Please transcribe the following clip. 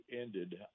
ended